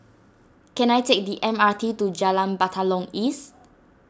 can I take the M R T to Jalan Batalong East